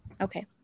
okay